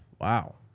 Wow